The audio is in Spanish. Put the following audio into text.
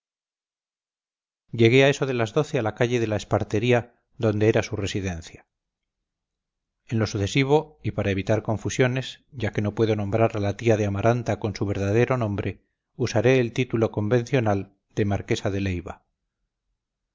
llegué a eso de las doce a la calle de la espartería donde era su residencia en lo sucesivo y para evitar confusiones ya que no puedo nombrar a la tía de amaranta con su verdadero nombre usaré el título convencional de marquesa de leiva